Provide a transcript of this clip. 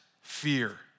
fear